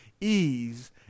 ease